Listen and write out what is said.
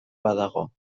badago